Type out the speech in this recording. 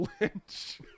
Lynch